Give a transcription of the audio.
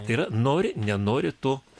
tai yra n ori nenori tu